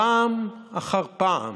פעם אחר פעם.